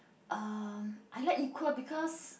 um I like equal because